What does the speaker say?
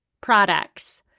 Products